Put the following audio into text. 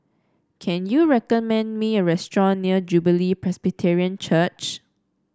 can you recommend me a restaurant near Jubilee Presbyterian Church